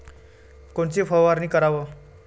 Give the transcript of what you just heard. कोनची फवारणी कराव?